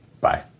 Bye